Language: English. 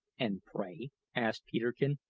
and, pray, asked peterkin,